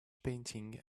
painting